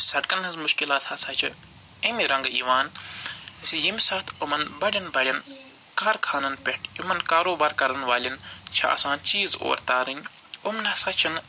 سڑکن ہِنٛز مُشکِلات ہَسا چھِ اَمہِ رنگہٕ یِوان ییٚمہِ ساتہٕ یِمن بَڑٮ۪ن بَڑٮ۪ن کارخانن پٮ۪ٹھ یِمن کاروبار کَرن والٮ۪ن چھِ آسان چیٖز اورٕ تارٕنۍ یِم نَہ سا چھِنہٕ